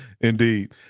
Indeed